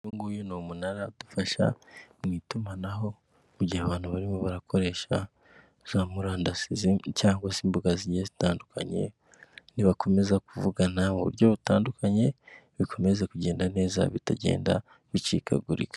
Uyu nguyu ni umunara udufasha mu itumanaho mu gihe abantu barimo barakoresha za murandasi cyangwa se imboga zigiye zitandukanye, nibakomeza kuvugana mu buryo butandukanye bikomeze kugenda neza bitagenda bicikagurika.